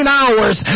hours